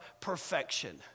Perfection